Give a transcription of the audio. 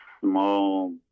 small